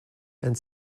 and